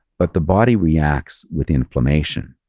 but the body reacts with inflammation.